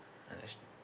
uh